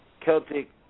Celtic